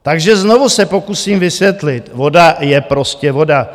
Takže znovu se pokusím vysvětlit, voda je prostě voda.